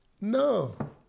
No